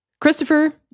Christopher